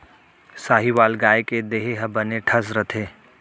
साहीवाल गाय के देहे ह बने ठस रथे